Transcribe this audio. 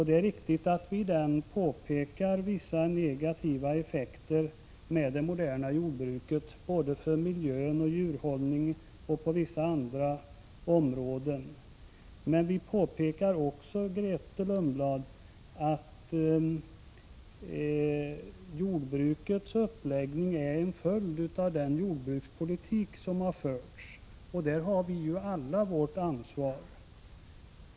Det är riktigt att vi i den pekar på vissa negativa effekter när det gäller det moderna jordbruket — för miljön och för djurhållningen och för vissa andra ting. Men vi framhåller också, Grethe Lundblad, att jordbrukets uppläggning är en följd av den jordbrukspolitik som har förts, och där har vi alla vårt ansvar.